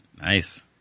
Nice